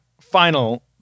Final